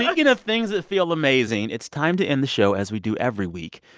like and of things that feel amazing, it's time to end the show as we do every week.